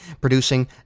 producing